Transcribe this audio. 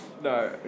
No